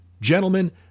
Gentlemen